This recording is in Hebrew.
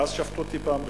ואז שפטו אותי פעם ראשונה.